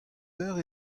eur